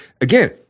again